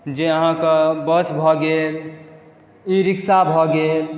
जे अहाँकेँ बस भऽ गेल ई रिक्शा भऽ गेल